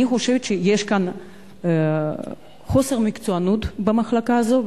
אני חושבת שיש כאן חוסר מקצוענות במחלקה הזאת.